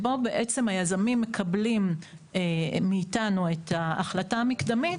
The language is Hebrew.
בו בעצם היזמים מקבלים מאיתנו את ההחלטה המקדמית,